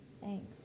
thanks